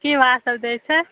की भाओ सभ दै छै